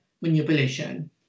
manipulation